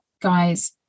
guys